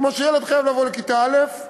כמו שילד חייב לבוא לכיתה א',